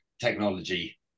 technology